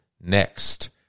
next